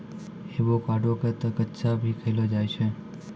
avocado क तॅ कच्चा भी खैलो जाय छै